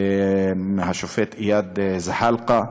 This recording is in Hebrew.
השופט איאד זחאלקה,